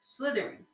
Slytherin